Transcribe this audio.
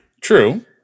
True